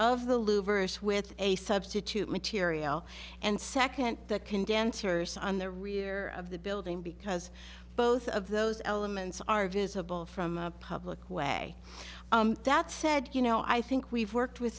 vers with a substitute material and second the condensers on the rear of the building because both of those elements are visible from a public way that said you know i think we've worked with